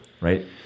right